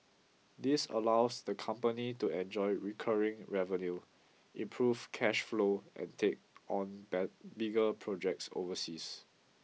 this allows the company to enjoy recurring revenue improve cash flow and take on bigger projects overseas